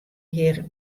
hjir